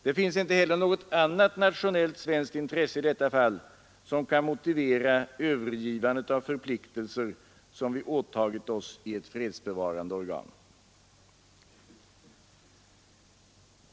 Det finns heller inget annat nationellt svenskt intresse i detta fall, som kan motivera övergivandet av förpliktelser som vi åtagit oss i ett fredsbevarande organ.